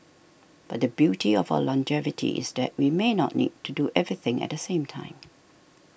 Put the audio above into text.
but the beauty of our longevity is that we may not need to do everything at the same time